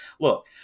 look